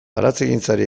baratzegintzari